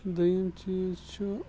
دویِم چیٖز چھُ